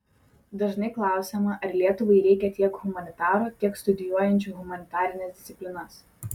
dažnai klausiama ar lietuvai reikia tiek humanitarų tiek studijuojančių humanitarines disciplinas